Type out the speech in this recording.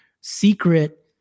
secret